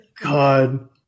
God